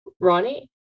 ronnie